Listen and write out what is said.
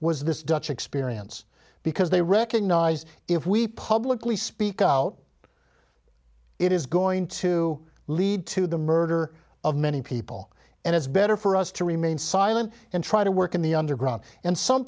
was this dutch experience because they recognize if we publicly speak out it is going to lead to the murder of many people and it's better for us to remain silent and try to work in the underground and some